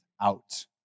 out